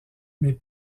mais